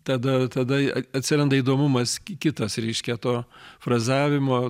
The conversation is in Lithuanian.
tada tada atsiranda įdomumas kitas reiškia to frazavimo